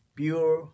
pure